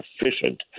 efficient